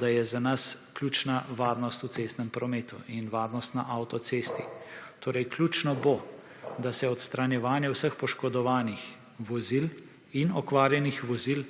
da je za nas ključna varnost v cestnem prometu in varnost na avtocesti. Torej ključno bo, da se odstranjevanje vseh poškodovanih vozil in okvarjenih vozil,